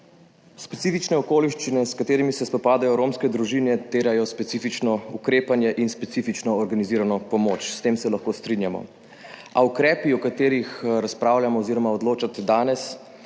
Specifične okoliščine, s katerimi se spopadajo romske družine, terjajo specifično ukrepanje in specifično organizirano pomoč, s tem se lahko strinjamo. A ukrepi, o katerih razpravljamo oziroma odločate danes,